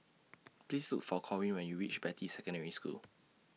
Please Look For Corwin when YOU REACH Beatty Secondary School